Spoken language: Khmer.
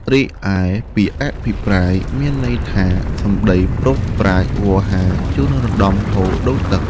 រីឯពាក្យ អភិប្រាយមានន័យថា សំដីព្រោកប្រាជ្ញ វោហារ ជួនរណ្ដំ ហូរដូចទឹក។